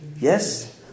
yes